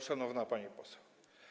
Szanowna Pani Poseł!